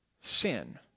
sin